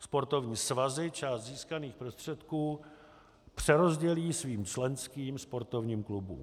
Sportovní svazy část získaných prostředků přerozdělí svým členským sportovním klubům.